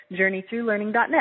Journeythroughlearning.net